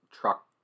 truck